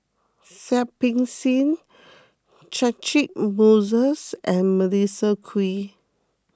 Seah Peck Seah Catchick Moses and Melissa Kwee